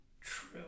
true